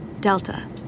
Delta